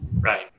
Right